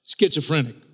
schizophrenic